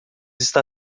está